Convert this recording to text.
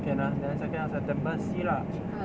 can ah then second of september see lah